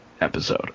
episode